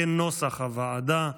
כנוסח הוועדה.